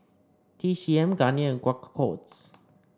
T C M Garnier and Quaker Oats